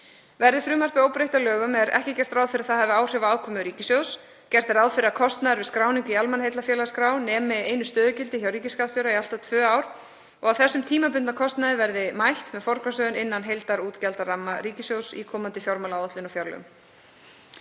Verði frumvarpið óbreytt að lögum er ekki gert ráð fyrir að það hafi áhrif á afkomu ríkissjóðs. Gert er ráð fyrir að kostnaður við skráningu í almannaheillafélagaskrá nemi einu stöðugildi hjá ríkisskattstjóra í allt að tvö ár og að þeim tímabundna kostnaði verði mætt með forgangsröðun innan heildarútgjaldaramma ríkissjóðs í komandi fjármálaáætlun og fjárlögum.